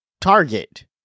target